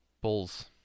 Bulls